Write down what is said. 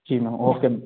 ji ma'am okay ma'am